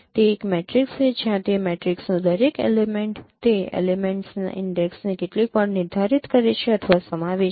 તે એક મેટ્રિક્સ છે જ્યાં તે મેટ્રિક્સનો દરેક એલેમેન્ટ તે એલિમેંટ્સના ઈન્ડેક્ષને કેટલીક વાર નિર્ધારિત કરે છે અથવા સમાવે છે